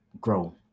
grow